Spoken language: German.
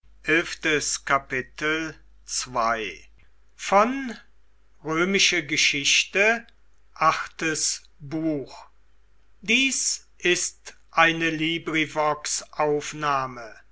sind ist eine